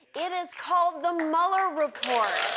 it is called the mueller report.